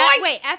wait